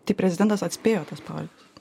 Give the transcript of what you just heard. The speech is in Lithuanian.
tai prezidentas atspėjo tas pavardes